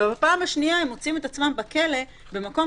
ובפעם השנייה הם מוצאים את עצמם בכלא במקום